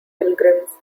pilgrims